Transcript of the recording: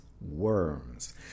worms